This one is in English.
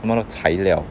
他们的材料